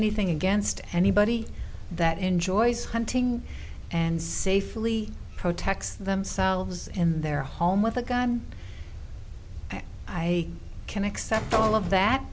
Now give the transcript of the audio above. anything against anybody that enjoys hunting and safely protects themselves in their home with a gun i can accept all of that